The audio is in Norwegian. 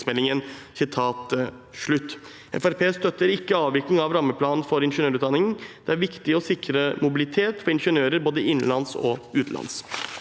støtter ikke avvikling av rammeplan for ingeniørutdanning. Det er viktig å sikre mobilitet for ingeniører, både innenlands og utenlands.